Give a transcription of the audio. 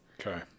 Okay